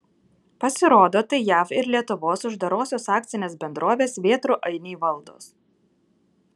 pasirodo tai jav ir lietuvos uždarosios akcinės bendrovės vėtrų ainiai valdos